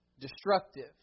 destructive